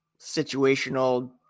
situational